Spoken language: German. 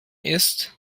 ist